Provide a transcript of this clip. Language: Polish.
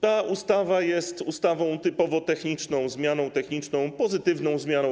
Ta ustawa jest ustawą typowo techniczną, jest to zmiana techniczna, pozytywna zmiana.